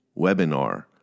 webinar